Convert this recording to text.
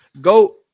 go